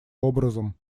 образом